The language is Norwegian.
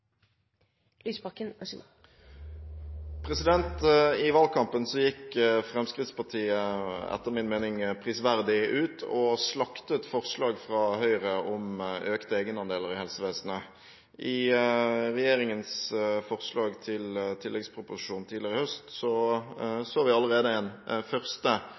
slaktet forslag fra Høyre om økte egenandeler i helsevesenet. I regjeringens forslag til tilleggsproposisjon tidligere i høst så vi allerede den første